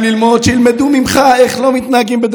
הוא משקר.